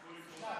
הלכו לקרוא